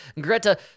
Greta